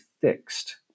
fixed